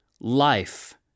life